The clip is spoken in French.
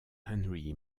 henry